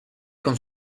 con